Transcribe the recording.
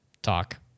talk